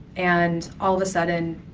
and, all of a sudden,